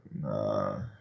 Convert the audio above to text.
nah